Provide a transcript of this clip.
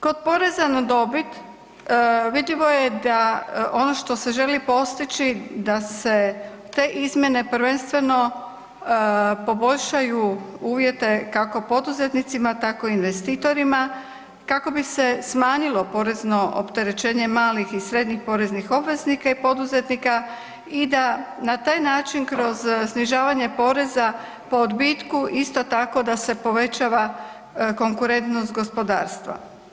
Kod poreza na dobit vidljivo je da ono što se želi postići da se te izmjene prvenstveno poboljšaju uvjete kako poduzetnicima tako investitorima kako bi se smanjilo porezno opterećenje malih i srednjih poreznih obveznika i poduzetnika i da na taj način kroz snižavanje poreza po odbitku isto tako da se povećava konkurentnost gospodarstva.